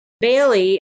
Bailey